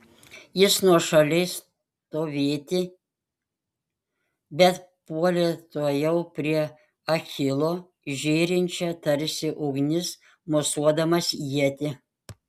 jis nuošaliai stovėti bet puolė tuojau prie achilo žėrinčią tarsi ugnis mosuodamas ietį